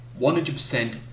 100%